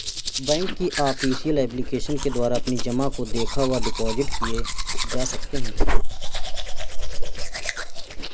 bank की official application के द्वारा अपनी जमा को देखा व डिपॉजिट किए जा सकते हैं